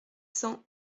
cents